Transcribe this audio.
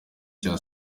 cya